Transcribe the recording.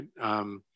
right